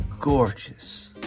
gorgeous